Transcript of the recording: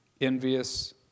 Envious